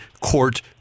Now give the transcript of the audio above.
court